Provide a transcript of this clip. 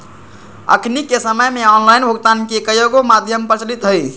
अखनिक समय में ऑनलाइन भुगतान के कयगो माध्यम प्रचलित हइ